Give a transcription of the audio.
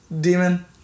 demon